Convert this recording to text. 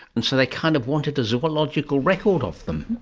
and so they kind of wanted a zoological record of them.